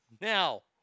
Now